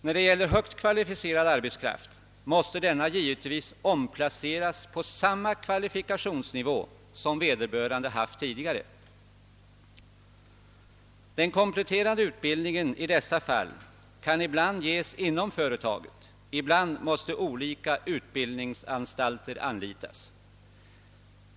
När det gäller högt kvalificerad arbetskraft måste denna givetvis omplaceras på samma kvalifikationsnivå som tidigare. Den kompletterande utbildningen i dessa fall kan ibland ges inom företaget, men ibland måste olika utbildningsanstalter anlitas.